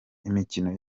imikino